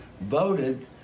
voted